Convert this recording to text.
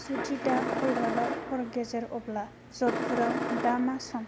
जुदि दा कलरादआव हर गेजेर अब्ला जडपुराव दा मा सम